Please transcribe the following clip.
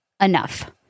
enough